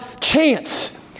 Chance